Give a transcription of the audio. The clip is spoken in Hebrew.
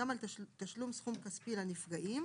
גם על תשלום סכום כספי לנפגעים.